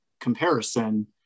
comparison